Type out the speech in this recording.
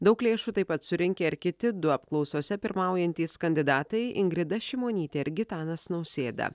daug lėšų taip pat surinkę ir kiti du apklausose pirmaujantys kandidatai ingrida šimonytė ir gitanas nausėda